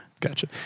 Gotcha